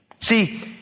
See